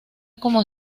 como